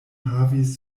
havis